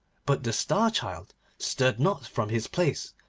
but the star-child stirred not from his place,